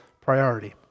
priority